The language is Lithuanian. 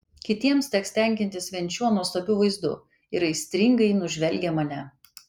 kitiems teks tenkintis vien šiuo nuostabiu vaizdu ir aistringai nužvelgia mane